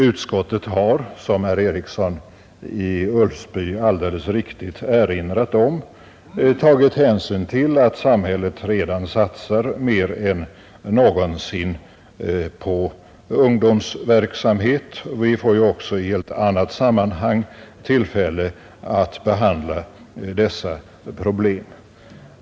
Utskottet har, som herr Eriksson i Ulfsbyn alldeles riktigt erinrat om, tagit hänsyn till att samhället redan satsar mer än någonsin på ungdomsverksamhet. Vi får ju också i annat sammanhang tillfälle att behandla dessa problem.